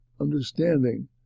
understanding